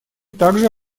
также